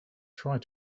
tried